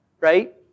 right